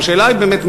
והשאלה היא באמת,